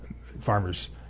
farmers